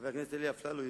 חבר הכנסת אלי אפללו,